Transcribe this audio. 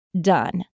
done